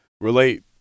relate